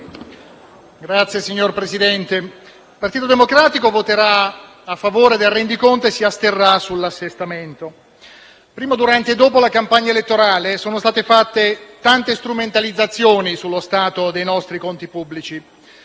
*(PD)*. Signor Presidente, il Partito Democratico voterà a favore del rendiconto e si asterrà sull'assestamento. Prima, durante e dopo la campagna elettorale sono state fatte tante strumentalizzazioni sullo stato dei nostri conti pubblici.